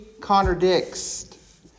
contradicts